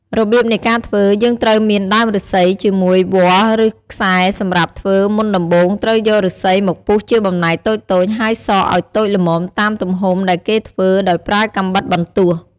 រប្រៀបនៃការធ្វើយើងត្រូវមានដើមឬស្សី ជាមួយវល្លិ៍ឬខ្សែសម្រាប់ធ្វើមុនដំបូងត្រូវយកឬស្សីមកពុះជាបំណែកតូចៗហើយសកឲ្យតូចល្មមតាមទំហំដែលគេធ្វើដោយប្រើកាំបិតបន្ទោះ។